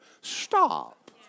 Stop